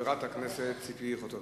חברת הכנסת ציפי חוטובלי.